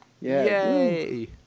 Yay